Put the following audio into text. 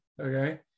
Okay